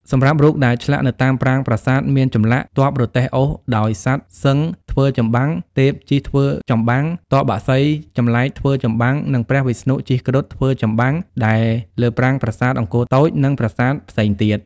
សម្រាប់់រូបដែលឆ្លាក់នៅតាមប្រាង្គប្រាសាទមានចម្លាក់ ទ័ពរទេះអូសដោយសត្វសិង្ហធ្វើចម្បាំង ទេពជិះធ្វើចម្បាំង ទ័ពបក្សីចម្លែកធ្វើចម្បាំង និងព្រះវិស្ណុជិះគ្រុឌធ្វើចម្បាំងដែលលើប្រាង្គប្រាសាទអង្គរតូចនិងប្រាសាទផ្សេងទៀត។